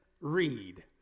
Read